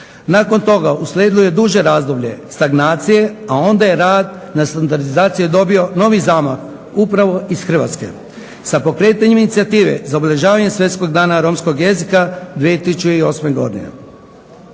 Nakon toga uslijedilo je duže razdoblje stagnacije, a onda je rad na standardizaciji dobio novi zamah upravo iz Hrvatske sa pokretanjem inicijative za obilježavanje Svjetskog dana romskog jezika 2008. godine.